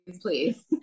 please